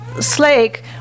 Slake